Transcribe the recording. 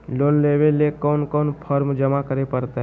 Loan लेवे ले कोन कोन फॉर्म जमा करे परते?